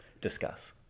discuss